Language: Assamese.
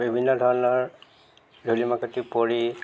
বিভিন্ন ধৰণৰ ধূলি মাকতি পৰি